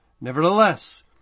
Nevertheless